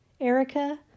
Erica